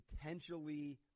potentially